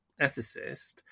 ethicist